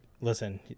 listen